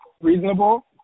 reasonable